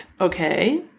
okay